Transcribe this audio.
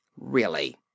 Really